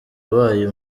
abaye